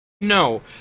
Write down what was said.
No